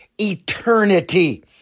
eternity